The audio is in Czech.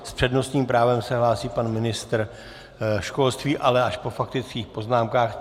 S přednostním právem se hlásí pan ministr školství, ale až po faktických poznámkách.